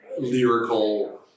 lyrical